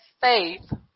faith